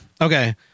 Okay